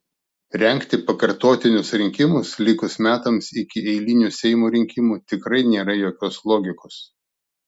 rengti pakartotinius rinkimus likus metams iki eilinių seimo rinkimų tikrai nėra jokios logikos